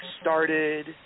started